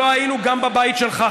לא היינו גם בבית שלך,